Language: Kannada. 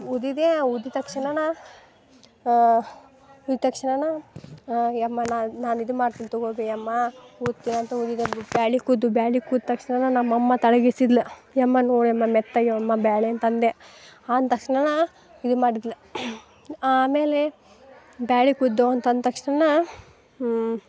ಊದಿದೆ ಊದಿದ ತಕ್ಷಣ ಊದಿದ ತಕ್ಷಣ ಯಮ್ಮ ನಾ ನಾನು ಇದು ಮಾಡ್ತೀನಿ ತಗೊ ಬಿ ಯಮ್ಮಾ ಊದ್ತೀನಂತ ಊದಿದೆ ಬ್ಯಾಳೆ ಕುದ್ದು ಬ್ಯಾಳೆ ಕುದ್ದು ತಕ್ಷಣ ನಮ್ಮಮ್ಮ ತಳಗಿಲ್ಸಿದ್ಲ ಯಮ್ಮ ನೋಡಿ ಯಮ್ಮ ಮೆತ್ತಾಗ್ಯವಮ್ಮ ಬ್ಯಾಳಿನ್ತಂದೆ ಅಂದ ತಕ್ಷಣ ಇದು ಮಾಡಿದ್ಲು ಆಮೇಲೆ ಬ್ಯಾಳೆ ಕುದ್ದೋ ಅಂತ ಅಂದ ತಕ್ಷಣ